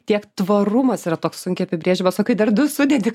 tiek tvarumas yra toks sunkiai apibrėžiamas o kai dar du sudedi